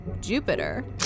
jupiter